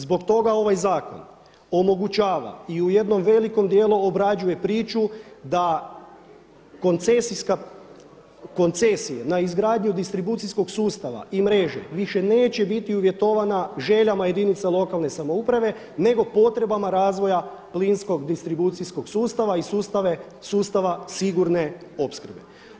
Zbog toga ovaj zakon omogućava i u jednom velikom dijelu obrađuje priču da koncesije na izgradnju distribucijskog sustava i mreže više neće biti uvjetovana željama jedinica lokalne samouprave nego potrebama razvoja plinskog distribucijskog sustava i sustava sigurne opskrbe.